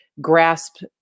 grasp